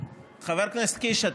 חבר הכנסת קיש,